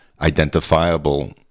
identifiable